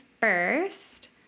first